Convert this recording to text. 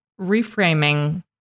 reframing